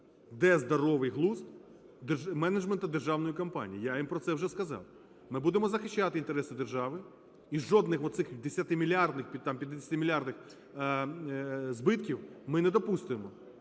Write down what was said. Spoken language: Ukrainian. Де здоровий глузд менеджменту державної компанії? Я їм про це вже сказав, ми будемо захищати інтереси держави і жодних оцих 10-мільярдних, 50-мільярдних збитків ми недопустимо.